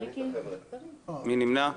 מי נמנע?